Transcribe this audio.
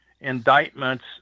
indictments